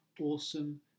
awesome